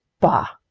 bah!